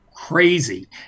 crazy